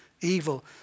evil